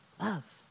Love